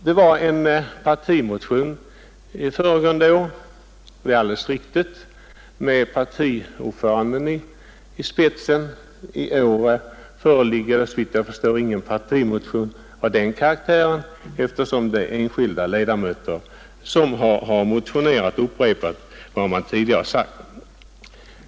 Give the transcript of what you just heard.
Det var en partimotion förra året — det är alldeles riktigt — med partiordföranden i spetsen. I år föreligger såvitt jag förstår ingen partimotion av den karaktären, eftersom det är enskilda ledamöter som har motionerat och upprepat vad man tidigare sagt.